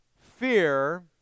fear